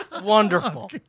Wonderful